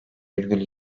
virgül